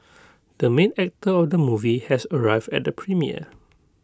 the main actor of the movie has arrived at the premiere